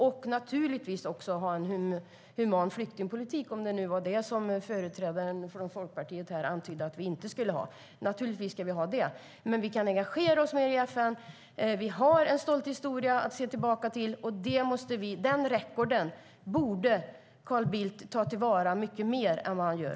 Vi ska naturligtvis också ha en human flyktingpolitik, om företrädaren från Folkpartiet antydde att vi inte skulle ha det. Naturligtvis ska vi ha det. Men vi kan engagera oss mer i FN. Vi har en stolt historia att se tillbaka på, och denna record borde Carl Bildt ta till vara mycket mer än han gör.